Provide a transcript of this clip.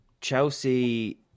Chelsea